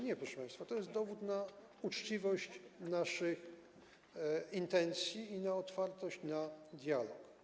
Nie, proszę państwa, to jest jest dowód na uczciwość naszych intencji i na otwartość na dialog.